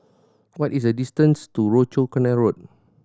what is the distance to Rochor Canal Road